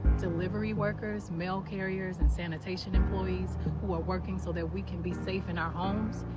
delivery workers, mail carriers, and sanitation employees who are working so that we can be safe in our homes,